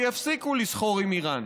ויפסיקו לסחור עם איראן.